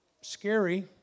Scary